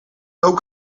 ook